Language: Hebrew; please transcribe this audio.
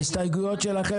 ההסתייגויות שלכם,